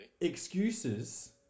excuses